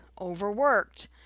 overworked